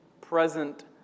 present